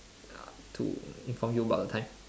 ya to inform you about the time